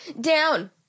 Down